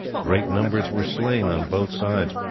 great numbers were slain on both sides.